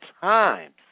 times